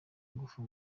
ingufu